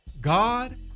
God